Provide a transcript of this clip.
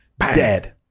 dead